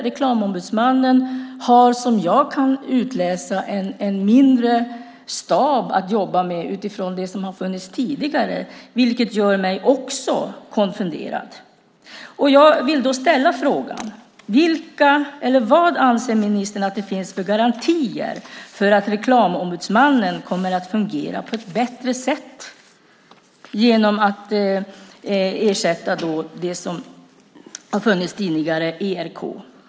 Reklamombudsmannen har som jag kan utläsa en mindre stab att jobba med jämfört med det som har funnits tidigare, vilket gör mig konfunderad. Vad anser ministern att det finns för garantier för att Reklamombudsmannen kommer att fungera på ett bättre sätt än det som har funnits tidigare, ERK?